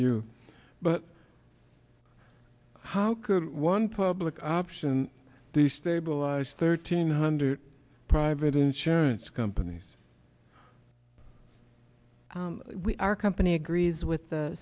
you but how could one public option to stabilize thirteen hundred private insurance companies we our company agrees with the